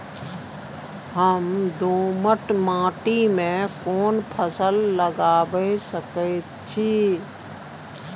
हम दोमट माटी में कोन फसल लगाबै सकेत छी?